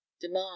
demand